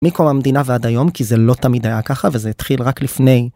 מקום המדינה ועד היום, כי זה לא תמיד היה ככה, וזה התחיל רק לפני.